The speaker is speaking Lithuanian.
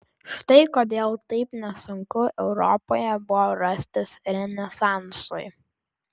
štai kodėl taip nesunku europoje buvo rastis renesansui